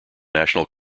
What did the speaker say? national